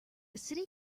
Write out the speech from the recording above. city